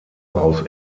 aus